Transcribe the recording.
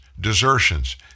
desertions